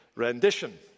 rendition